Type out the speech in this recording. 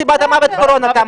סיבת המוות קורונה.